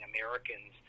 Americans –